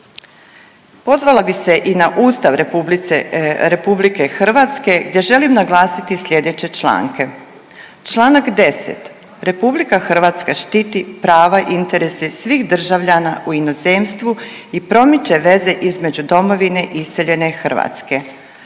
Pozvala bih se i na Ustav Republike Hrvatske gdje želim naglasiti sljedeće članke. Članak 10. Republika Hrvatska štiti prava i interese svih državljana u inozemstvu i promiče veze između Domovine i iseljene Hrvatske.